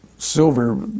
Silver